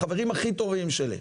החברים הכי טובים שלי.